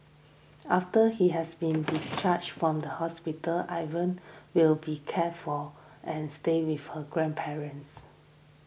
after he has been discharged from the hospital Evan will be cared for and stay with his grandparents